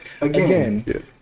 again